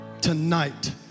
tonight